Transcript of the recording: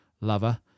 lover